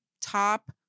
top